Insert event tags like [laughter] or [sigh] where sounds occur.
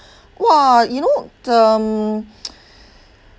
!wah! you know um [noise]